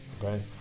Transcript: okay